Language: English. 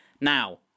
now